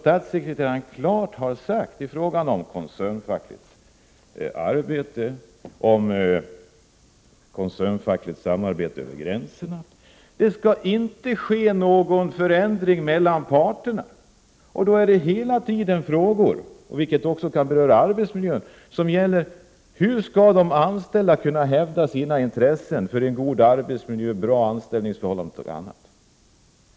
Statssekreteraren har klart sagt att det i fråga om koncernfackligt arbete och koncernfackligt samarbete över gränserna inte skall ske någon förändring mellan parterna. Då finns hela tiden frågan om hur de anställda skall kunna hävda sina intressen för en god arbetsmiljö, bra arbetsförhållanden osv.